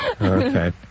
okay